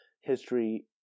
history